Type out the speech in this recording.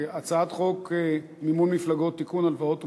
הצעת חוק מימון מפלגות (תיקון, הלוואות ומימון),